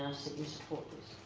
you support this.